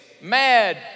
mad